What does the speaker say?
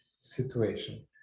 situation